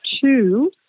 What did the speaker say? two